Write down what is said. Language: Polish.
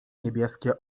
niebieskie